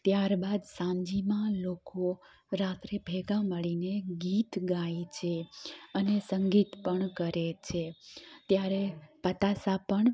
ત્યાર બાદ સાંજમાં લોકો રાત્રે ભેગા મળીને ગીત ગાય છે અને સંગીત પણ કરે છે ત્યારે પતાસા પણ